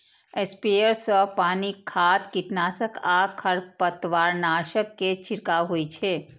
sprayer सं पानि, खाद, कीटनाशक आ खरपतवारनाशक के छिड़काव होइ छै